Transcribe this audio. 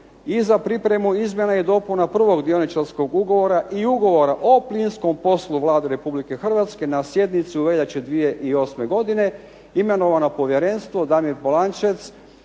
i za pripremu izmjena i dopuna prvog dioničarskog ugovora i Ugovora o plinskom poslu Vlade RH na sjednici u veljači 2008. godine imenovano povjerenstvo – Damir Polančec,